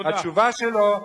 תודה.